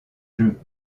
jeux